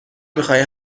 میخای